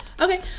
Okay